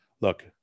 look